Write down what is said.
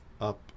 up